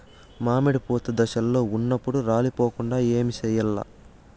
మామిడి పూత దశలో ఉన్నప్పుడు రాలిపోకుండ ఏమిచేయాల్ల?